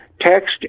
text